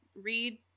read